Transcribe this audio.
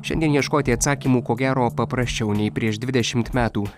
šiandien ieškoti atsakymų ko gero paprasčiau nei prieš dvidešimt metų